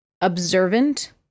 observant